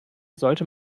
sollte